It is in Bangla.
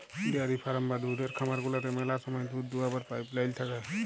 ডেয়ারি ফারাম বা দুহুদের খামার গুলাতে ম্যালা সময় দুহুদ দুয়াবার পাইপ লাইল থ্যাকে